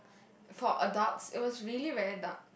for adults it was really very dark